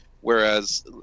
whereas